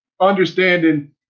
understanding